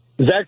Zach